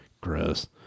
Gross